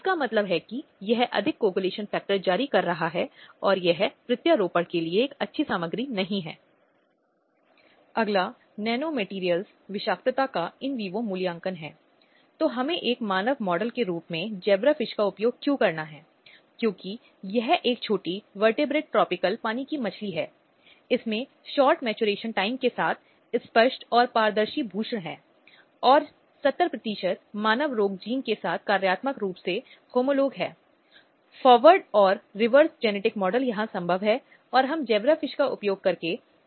इसलिए यदि इस प्रकार के रूढ़िवादी मूल्यों को हटाया जा सकता है और इस तरह के पारंपरिक मूल्यों को दूर किया जा सकता है जिससे बच्चा ऐसी स्थिति में सामने आता है जहां बच्चा सोच सकता है तो बच्चा खुद के लिए फैसला कर सकता है बच्चा उसे चुनने के अधिकार का उपयोग करता है और वह परिवार द्वारा प्रोत्साहित किया जाता है तो यह कल की महिलाओं के सशक्तीकरण में अधिकारों की स्थापना में एक बेहतर परिदृश्य तैयार करेगा